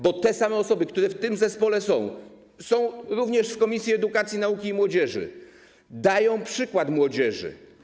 Bo te same osoby, które w tym zespole są, są również w Komisji Edukacji, Nauki i Młodzieży, dają przykład młodzieży.